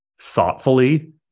thoughtfully